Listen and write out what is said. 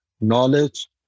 knowledge